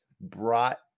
brought